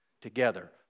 together